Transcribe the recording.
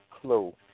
clue